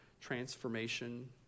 transformation